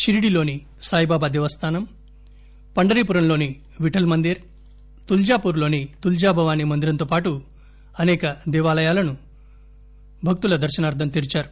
పిరిడిలోని సాయిబాబా దేవస్థానం పండరీపురంలోని విఠల్ మందిర్ తుల్హాపుర్ లోని తుల్హాభవాని మందిరంతో పాటు అనేక దేవాలయాలను భక్తుల దర్భనార్థం తెరిచారు